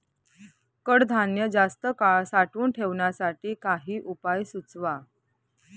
कडधान्य जास्त काळ साठवून ठेवण्यासाठी काही उपाय सुचवा?